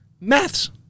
Maths